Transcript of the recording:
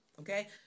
Okay